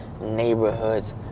neighborhoods